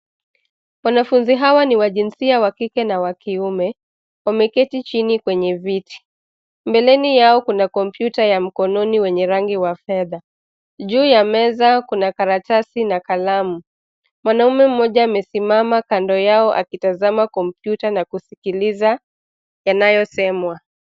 Wanafunzi hawa ni wa jinsia wa kike na wa kiume. Wameketi chini kwenye viti. Mbeleni yao kuna kompyuta ya mkononi wenye rangi wa fedha. Juu ya meza kuna karatasi na kalamu. Mwanamume mmoja amesimama kando yao akitazama kompyuta, na kusikiliza yanayosemwa.